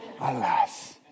Alas